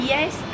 Yes